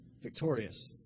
victorious